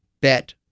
bet